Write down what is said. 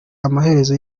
amaherezo